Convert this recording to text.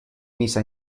mise